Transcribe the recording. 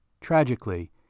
Tragically